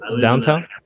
Downtown